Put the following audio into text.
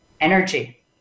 energy